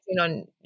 on